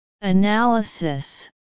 analysis